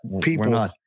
people